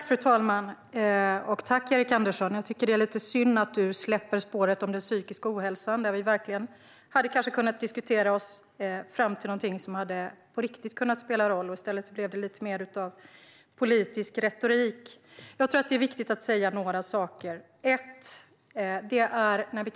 Fru talman! Tack, Erik Andersson! Jag tycker att det är lite synd att du släpper frågan om den psykiska ohälsan, där vi kanske hade kunnat diskutera oss fram till något som på riktigt hade kunnat spela roll. I stället blev det mer av politisk retorik. Jag tror att det är viktigt att säga några saker.